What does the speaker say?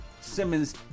Simmons